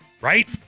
Right